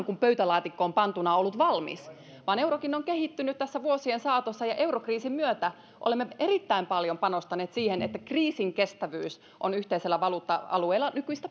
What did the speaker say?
kuin pöytälaatikkoon pantuna ollut valmis vaan eurokin on kehittynyt tässä vuosien saatossa ja eurokriisin myötä olemme erittäin paljon panostaneet siihen että kriisinkestävyys olisi yhteisellä valuutta alueella